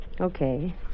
Okay